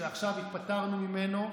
מנדלבליט שעכשיו התפטרנו ממנו.